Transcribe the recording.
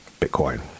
Bitcoin